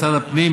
משרד הפנים,